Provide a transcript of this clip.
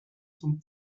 zum